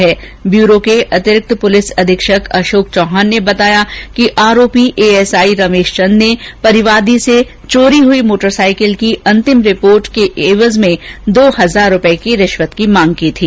भ्रष्टाचार निरोधक ब्यूरो के अतिरिक्त पुलिस अधीक्षक अशोक चौहान ने बताया कि आरोपी एएसआई रमेश चंद ने परिवादी से चोरी हुई मोटर साइकिल की अंतिम रिपोर्ट एफआर के एवज में दो हजार रूपए की रिश्वत की मांग की थी